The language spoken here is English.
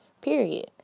period